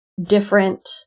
different